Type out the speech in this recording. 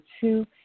two